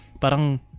parang